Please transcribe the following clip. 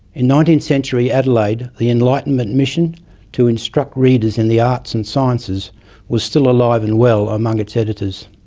in nineteenth century adelaide, the enlightenment mission to instruct readers in the arts and sciences was still alive and well among its editors.